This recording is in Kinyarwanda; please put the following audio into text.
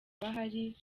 ahari